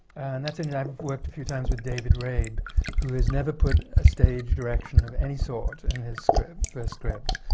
and that's in i've worked a few times with david rabe who has never put a stage direction of any sort in his script, first script.